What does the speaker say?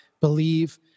believe